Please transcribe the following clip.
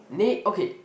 okay